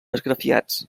esgrafiats